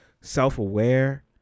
self-aware